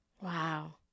Wow